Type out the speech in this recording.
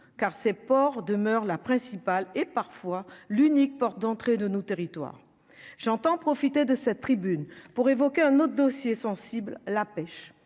car ces ports demeure la principale et parfois l'unique porte d'entrée de nos territoires, j'entends profiter de cette tribune pour évoquer un autre dossier sensible : la pêche,